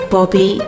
Bobby